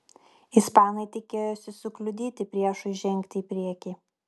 ispanai tikėjosi sukliudyti priešui žengti į priekį